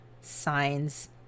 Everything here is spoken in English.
signs